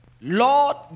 Lord